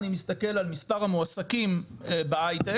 אני מסתכל על מספר המועסקים בהייטק,